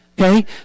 Okay